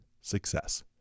success